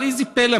אבל איזה פלא,